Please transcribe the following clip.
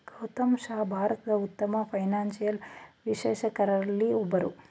ಗೌತಮ್ ಶಾ ಭಾರತದ ಉತ್ತಮ ಫೈನಾನ್ಸಿಯಲ್ ವಿಶ್ಲೇಷಕರಲ್ಲೊಬ್ಬರು